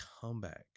comeback